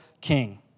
king